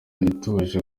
ituje